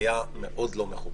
היה מאוד לא מכובד.